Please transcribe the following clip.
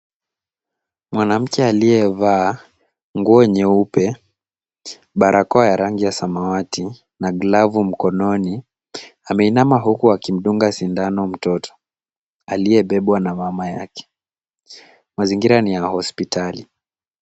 Mwanamke aliyevaa nguo nyeupe, barakoa ya rangi ya samawati, na glavu mkononi ameinama huku akimdunga sindano mtoto aliyebebwa na mama yake. Mazingira ni ya hospitali.